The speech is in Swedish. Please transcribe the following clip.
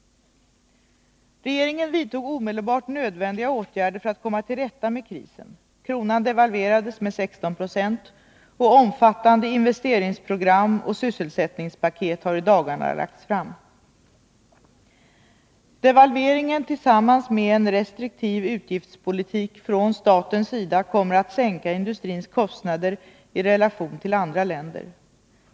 Regeringen vidtog omedelbart nödvändiga åtgärder för att komma till rätta med krisen. Kronan devalverades med 16 970, och omfattande investeringsprogram och sysselsättningspaket har i dagarna lagts fram. Devalveringen tillsammans med en restriktiv utgiftspolitik från statens sida kommer att sänka industrins kostnader i relation till andra länder.